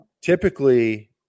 typically